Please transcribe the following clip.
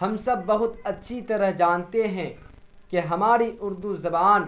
ہم سب بہت اچھی طرح جانتے ہیں کہ ہماری اردو زبان